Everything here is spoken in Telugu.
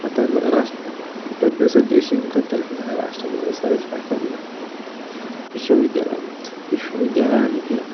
ఆ తర్వాత రాష్ట్ర ప్రొఫెసర్ జయశంకర్ తెలంగాణ రాష్ట్ర వ్యవసాయ శాఖ విశ్వవిద్యాలయం విశ్వవిద్యాలయానికి